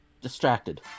distracted